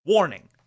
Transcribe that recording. Warning